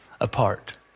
apart